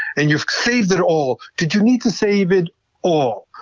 and you've saved it all. did you need to save it all?